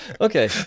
Okay